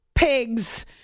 Pigs